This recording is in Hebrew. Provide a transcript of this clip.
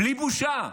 בלי בושה,